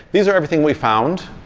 these are everything we found.